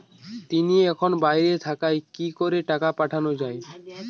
তিনি এখন বাইরে থাকায় কি করে টাকা পাঠানো য়ায়?